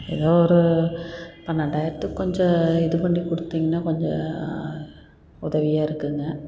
ஏதோ ஒரு பன்னெண்டாயிரத்துக்கு கொஞ்சம் இது பண்ணி கொடுத்தீங்கன்னா கொஞ்சம் உதவியாக இருக்குங்க